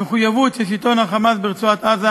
המחויבות של שלטון ה"חמאס" ברצועת-עזה